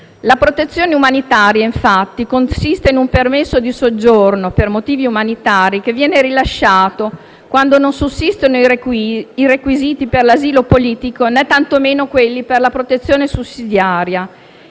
la protezione umanitaria, infatti, consiste in un permesso di soggiorno per motivi umanitari, che viene rilasciato quando non sussistono i requisiti per l'asilo politico, né tantomeno quelli per la protezione sussidiaria.